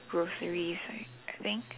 groceries I I think